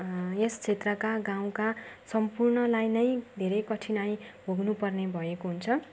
यस क्षेत्रका गाउँका सम्पूर्णलाई नै धेरै कठिनाई भोग्नुपर्ने भएको हुन्छ